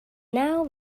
now